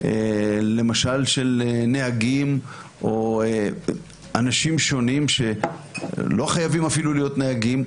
למשל של נהגים או אנשים שונים שלא חייבים אפילו להיות נהגים,